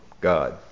God